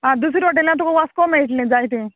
आं दुसरे हॉटेलान तुका वस्को मेळट्लें जाय तें